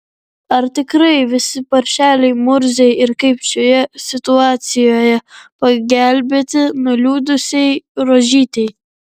ar tikrai visi paršeliai murziai ir kaip šioje situacijoje pagelbėti nuliūdusiai rožytei